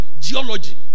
geology